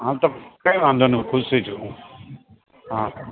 હાં તો કઈ વાંધો નહીં ખુશ છું હું હાં